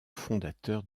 fondateur